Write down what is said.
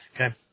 okay